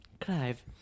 Clive